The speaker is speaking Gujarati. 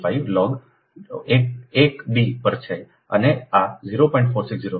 4605 લોગ 1 D પર છે અને આ 0